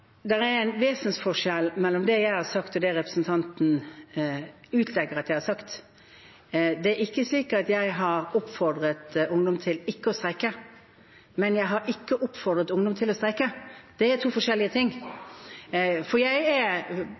er en vesensforskjell mellom det jeg har sagt og det representanten utlegger at jeg har sagt. Det er ikke slik at jeg har oppfordret ungdom til ikke å streike, men jeg har ikke oppfordret ungdom til å streike. Det er to forskjellige ting. Som statsminister mener jeg